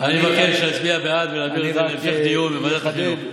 אני מבקש להצביע בעד ולהעביר את זה להמשך דיון בוועדת החינוך.